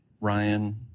Ryan